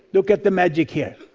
look at the magic here.